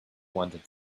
wanted